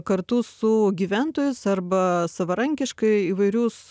kartu su gyventojais arba savarankiškai įvairius